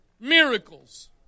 miracles